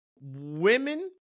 women